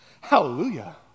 hallelujah